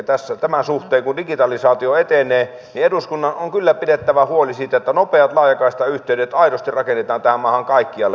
elikkä tämän suhteen kun digitalisaatio etenee eduskunnan on kyllä pidettävä huoli siitä että nopeat laajakaistayhteydet aidosti rakennetaan tähän maahan kaikkialle